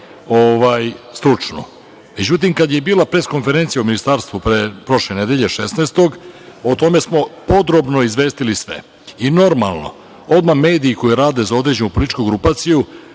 stručnu. Međutim, kada je bila pres konferencija u Ministarstvu, prošle nedelje 16-og, o tome smo podrobno izvestili sve. Normalno, odmah mediji koji rade za određenu političku grupaciju